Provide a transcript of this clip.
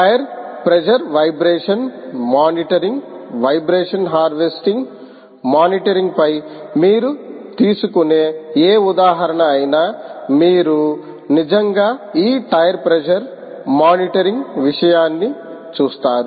tyre pressure vibration monitoring vibration harvesting మానిటరింగ్పై మీరు తీసుకునే ఏ ఉదాహరణ అయినా మీరు నిజంగా ఈ టైర్ ప్రెజర్ మానిటరింగ్ విషయాన్ని చూస్తారు